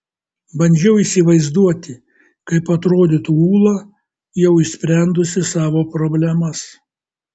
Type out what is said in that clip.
bandžiau įsivaizduoti kaip atrodytų ūla jau išsprendusi savo problemas